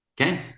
okay